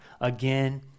again